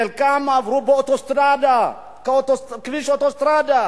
חלקם עברו באוטוסטרדה, כביש אוטוסטרדה